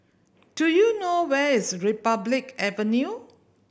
do you know where is Republic Avenue